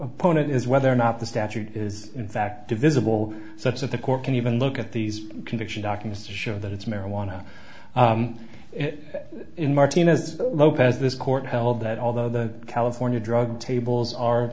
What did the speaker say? opponent is whether or not the statute is in fact divisible such that the court can even look at these conviction documents to show that it's marijuana in martinez lopez this court held that although the california drug tables are